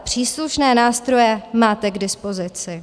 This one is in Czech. Příslušné nástroje máte k dispozici.